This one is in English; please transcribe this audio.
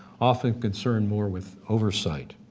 often concern more with oversight.